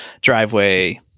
driveway